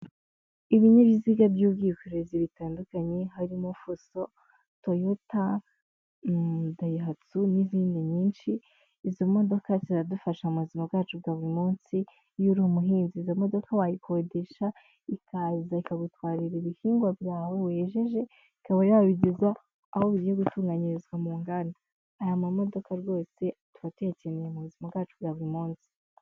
Ibinyabiziga by'ubwikorezi bitandukanye, harimo fuso, toyota, dayihatsu n'izindi nyinshi, izo modoka ziradufasha mu buzima bwacu bwa buri munsi, iyo uri umuhinzi izo modoka wayikodesha ikaza ikagutwarira ibihingwa byawe wejeje, ikaba yabigeza aho bigiye gutunganyirizwa mu nganda, aya mamodoka rwose tuba tuyakeneye mu buzima bwacu bwa buri munsi.